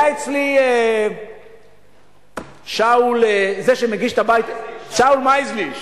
היה אצלי שאול מייזליש